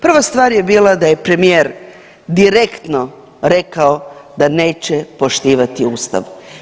Prva stvar je bila da je premijer direktno rekao da neće poštivati Ustav.